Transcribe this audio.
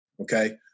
okay